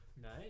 Nice